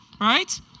right